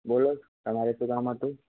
બોલો તમારે શું કામ હતું